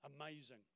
amazing